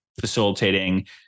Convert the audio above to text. facilitating